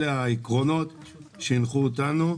אלה העקרונות שהנחו אותנו,